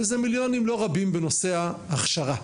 וזה מיליונים לא רבים בנושא ההכשרה.